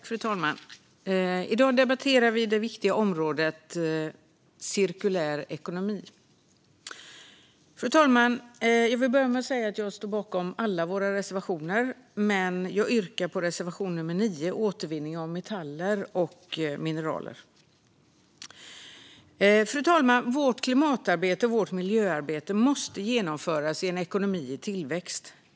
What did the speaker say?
Fru talman! I dag debatterar vi det viktiga området cirkulär ekonomi. Jag står bakom alla våra reservationer, men jag yrkar bifall endast till reservation 9 om återvinning av metaller och mineral. Fru talman! Vårt klimatarbete och vårt miljöarbete måste genomföras i en ekonomi i tillväxt.